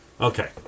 Okay